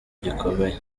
gikomeye